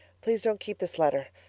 please don't keep this letter,